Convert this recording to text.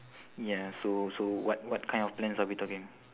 ya so so what what kind of plans are we talking